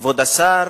כבוד השר,